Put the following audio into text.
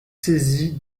saisi